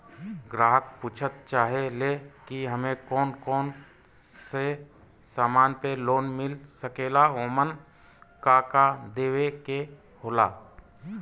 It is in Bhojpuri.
ग्राहक पुछत चाहे ले की हमे कौन कोन से समान पे लोन मील सकेला ओमन का का देवे के होला?